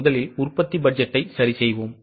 எனவே முதலில் உற்பத்தி பட்ஜெட்டை சரி செய்வோம்